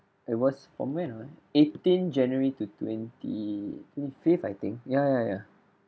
it was from when ah eighteen january to twenty fifth I think ya ya ya